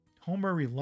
Homer